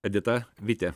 edita vitė